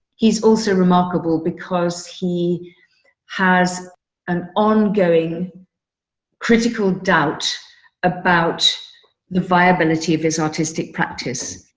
he's also remarkable because he has an ongoing critical doubt about the viability of his artistic practice.